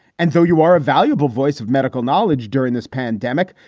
and so you are a valuable voice of medical knowledge during this pandemic.